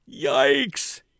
Yikes